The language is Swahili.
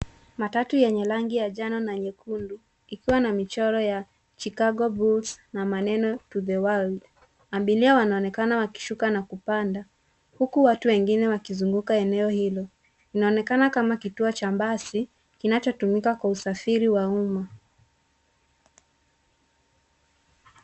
Matatu yenye rangi ya njano na nyekundu ikiwa na michoro ya Chicago Bulls na maneno to the world . Abiria wanaonekana wakishuka na kupanda huku watu wengine wakizunguka eneo hilo. Inaonekana kama kituo cha basi kinachotumika kwa usafiri wa umma.